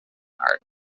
art